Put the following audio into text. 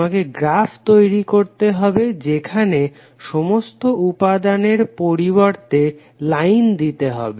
তোমাকে গ্রাফ তৈরি করতে হবে যেখানে সমস্ত উপাদানের পরিবর্তে লাইন দিয়ে হবে